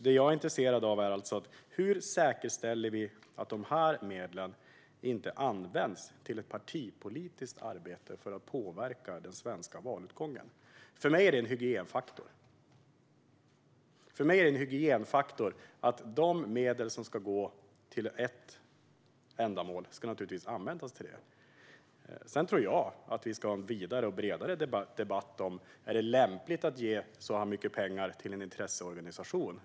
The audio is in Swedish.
Vad jag är intresserad av är alltså hur vi säkerställer att dessa medel inte används till partipolitiskt arbete för att påverka den svenska valutgången. För mig är det en hygienfaktor att de medel som ska gå till ett visst ändamål naturligtvis ska användas till just det. Jag tror även att vi bör ha en vidare och bredare debatt om det är lämpligt att ge så mycket pengar till en intresseorganisation.